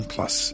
Plus